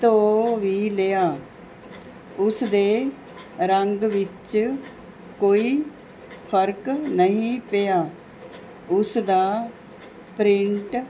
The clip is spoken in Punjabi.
ਧੋ ਵੀ ਲਿਆ ਉਸ ਦੇ ਰੰਗ ਵਿੱਚ ਕੋਈ ਫਰਕ ਨਹੀਂ ਪਿਆ ਉਸ ਦਾ ਪ੍ਰਿੰਟ